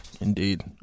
Indeed